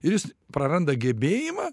ir jis praranda gebėjimą